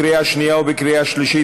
פגיעה בחיים ובבריאות של אזרחי מפרץ חיפה,